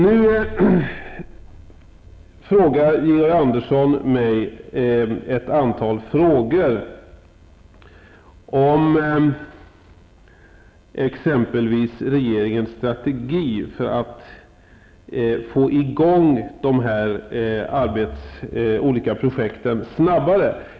Nu ställer Georg Andersson ett antal frågor till mig, om exempelvis regeringens strategi för att få i gång dessa olika projekt snabbare.